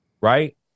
Right